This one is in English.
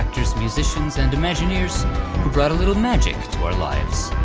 musicians, and imagineers who brought a little magic to our lives.